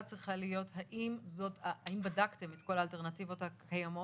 צריכה להיות האם בדקתם את כל האלטרנטיבות הקיימות?